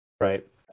right